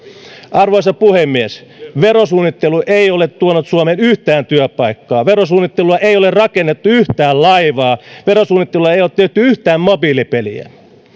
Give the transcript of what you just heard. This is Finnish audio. arvoisa puhemies verosuunnittelu ei ole tuonut suomeen yhtään työpaikkaa verosuunnittelulla ei ole rakennettu yhtään laivaa verosuunnittelulla ei ole tehty yhtään mobiilipeliä